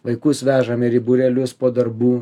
vaikus vežam ir į būrelius po darbų